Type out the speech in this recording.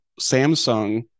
Samsung